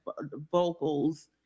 vocals